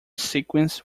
sequence